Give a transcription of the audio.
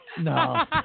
No